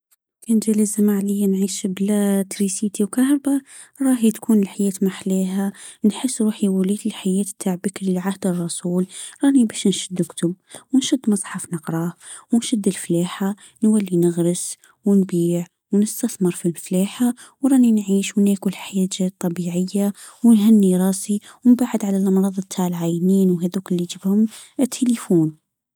تكون الطبيعية مهمة راسية ونبعد على الامراض نتاع العينين وهادوك اللي تفهم التلفون